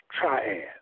Triad